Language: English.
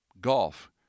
golf